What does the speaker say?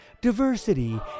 diversity